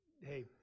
hey